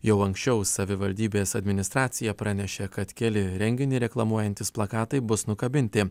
jau anksčiau savivaldybės administracija pranešė kad keli renginį reklamuojantys plakatai bus nukabinti